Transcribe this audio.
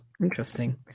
interesting